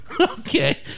okay